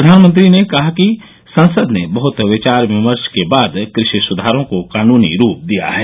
प्रधानमंत्री ने कहा कि संसद ने बहुत विचार विमर्श के बाद कृषि सुधारों को कानूनी रूप दिया है